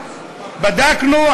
בדקנו,